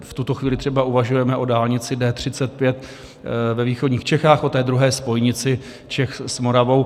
V tuto chvíli třeba uvažujeme o dálnici D35 ve východních Čechách, o druhé spojnici Čech s Moravou